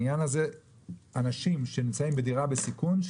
אנשים שנמצאים בדירה בסיכון,